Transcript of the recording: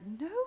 No